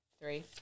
Three